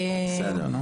בסדר נו.